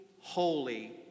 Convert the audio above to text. holy